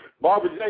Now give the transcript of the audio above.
Barbara